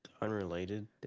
Unrelated